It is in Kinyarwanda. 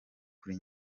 kuri